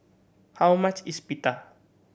how much is Pita